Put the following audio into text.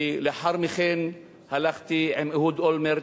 ולאחר מכן הלכתי עם אהוד אולמרט,